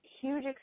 huge